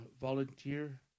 volunteer